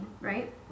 right